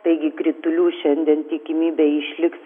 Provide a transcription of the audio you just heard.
taigi kritulių šiandien tikimybė išliks